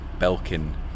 Belkin